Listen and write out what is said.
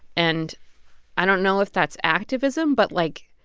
and i don't know if that's activism, but, like,